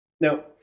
Now